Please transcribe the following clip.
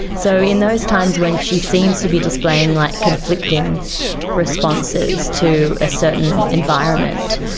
so in those times when she seems to be displaying like conflicting responses to a certain environment,